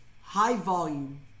high-volume